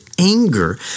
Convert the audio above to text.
anger